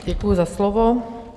Děkuji za slovo.